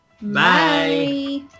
Bye